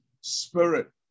spirit